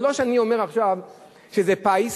זה לא שאני אומר עכשיו שזה פיס,